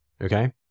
Okay